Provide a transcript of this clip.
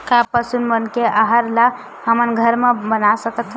का पशु मन के आहार ला हमन घर मा बना सकथन?